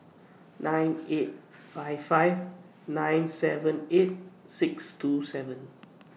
nine eight five five nine seven eight six two seven